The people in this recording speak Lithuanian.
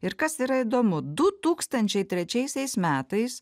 ir kas yra įdomu du tūkstančiai trečiaisiais metais